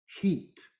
heat